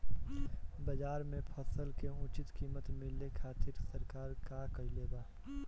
बाजार में फसल के उचित कीमत मिले खातिर सरकार का कईले बाऽ?